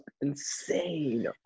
insane